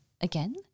again